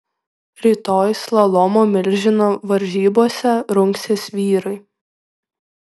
rytoj slalomo milžino varžybose rungsis vyrai